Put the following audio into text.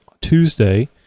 Tuesday